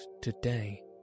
today